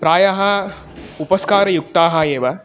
प्रायः उपस्कारयुक्ताः एव